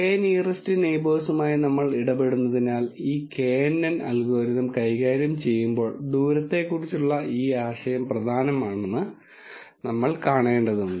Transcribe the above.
K nearest നെയിബെർസുമായി നമ്മൾ ഇടപെടുന്നതിനാൽ ഈ knn അൽഗോരിതം കൈകാര്യം ചെയ്യുമ്പോൾ ദൂരത്തെക്കുറിച്ചുള്ള ഈ ആശയം പ്രധാനമാണെന്ന് നമ്മൾ കാണേണ്ടതുണ്ട്